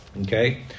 Okay